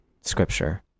scripture